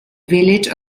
village